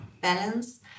balance